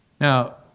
Now